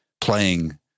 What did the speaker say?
playing